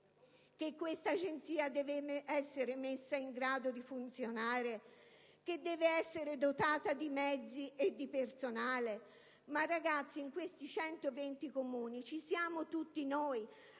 questa Agenzia deve essere messa in grado di funzionare ed essere dotata di mezzi e di personale? Ragazzi, in questi 120 Comuni ci siamo tutti noi: